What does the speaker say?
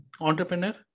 entrepreneur